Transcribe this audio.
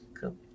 Cool